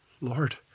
Lord